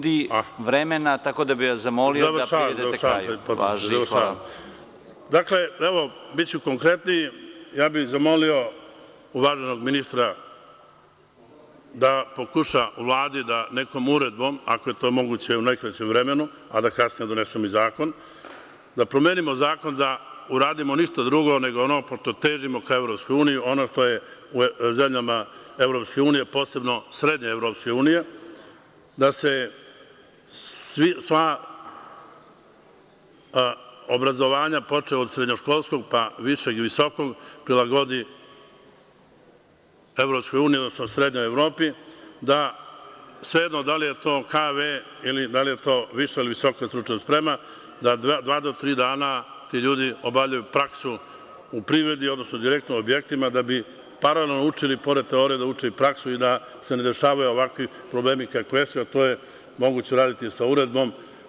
Dakle, evo, biću konkretniji, zamolio bih uvaženog ministra da pokuša Vladi da nekom uredbom, ako je to moguće u najkraćem vremenu, a da kasnije donesemo i zakon, da promenimo zakon da uradimo ništa drugo nego ono pošto težimo ka EU, ono što je u zemljama EU, posebno srednje EU, da se sva obrazovanja, počev od srednjoškolskog pa do višeg i visokog prilagodi EU, odnosno srednjoj Evropi, da svejedno da li je to KV ili da li je to viša ili visoka stručna sprema, da dva do tri dana ti ljudi obavljaju praksu u privredi, odnosno direktno u objektima da bi paralelno učili, pored teorije da uče i praksu i da se ne dešavaju ovakvi problemi kakvi jesu, a to je moguće uraditi sa uredbom.